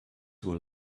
will